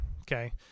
Okay